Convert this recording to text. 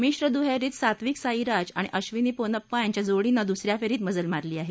मिश्र दुहेरीत सात्विक साईराज आणि अशिनी पोन्नप्पा या जोडीनं दुस या फेरीत मजल मारली आहे